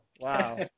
Wow